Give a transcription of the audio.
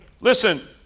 Listen